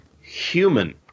human